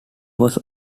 was